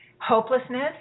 hopelessness